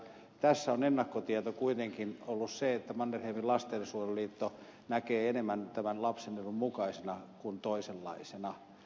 tässä on ennakkotieto kuitenkin ollut se että mannerheimin lastensuojeluliitto näkee tämän enemmän lapsen edun mukaisena kuin toisenlaisena